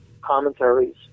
commentaries